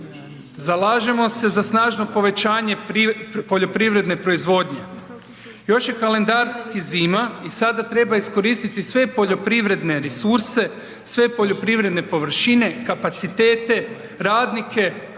Zalažemo se za snažno povećanje poljoprivredne proizvodnje. Još je kalendarski zima i sada treba iskoristiti sve poljoprivredne resurse, sve poljoprivredne površine, kapacitete, radnike